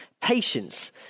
patience